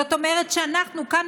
זאת אומרת שאנחנו כאן,